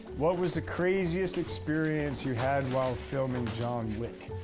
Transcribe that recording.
what was the craziest experience you had while filming john wick?